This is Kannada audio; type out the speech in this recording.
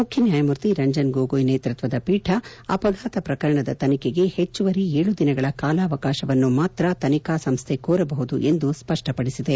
ಮುಖ್ಯನ್ಯಾಯಮೂರ್ತಿ ರಂಜನ್ ಗೊಗೊಯ್ ನೇತೃತ್ವದ ಪೀಠ ಅಪಘಾತ ಪ್ರಕರಣದ ತನಿಖೆಗೆ ಹೆಚ್ಚುವರಿ ಏಳು ದಿನಗಳ ಕಾಲಾವಕಾಶವನ್ನು ಮಾತ್ರ ತನಿಖಾ ಸಂಸ್ಥೆ ಕೋರಬಹುದು ಎಂದು ಸ್ಪಪ್ಪಪಡಿಸಿದೆ